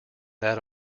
that